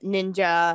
Ninja